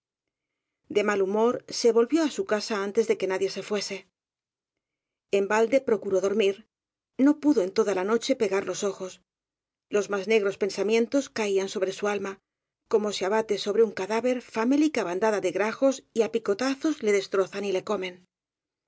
de mal humor se volvió á su casa antes de que nadie se fuese en balde procuró dormir no pudo en toda la noche pegar los ojos los más negros pensamien tos caían sobre su alma como se abate sobre un ca dáver famélica bandada de grajos y á picotazos le destrozan y le comen